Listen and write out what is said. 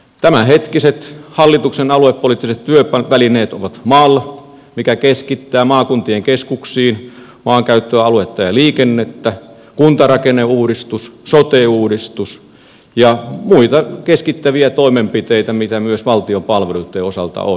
tämänhetkiset hallituksen aluepoliittiset työvälineet ovat mal mikä keskittää maakuntien keskuksiin maankäyttöä aluetta ja liikennettä kuntarakenneuudistus sote uudistus ja muita keskittäviä toimenpiteitä mitä myös valtion palveluitten osalta on